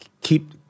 keep